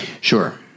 Sure